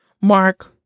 Mark